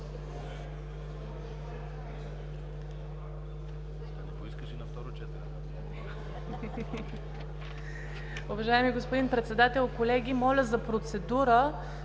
Уважаеми господин Председател, колеги! Моля за процедура